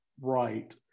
right